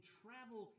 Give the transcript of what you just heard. travel